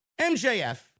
MJF